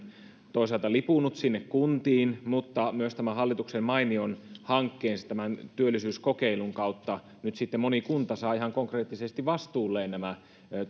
toisaalta lipunut sinne kuntiin mutta myös tämän hallituksen mainion hankkeen tämän työllisyyskokeilun kautta nyt sitten moni kunta saa ihan konkreettisesti vastuulleen nämä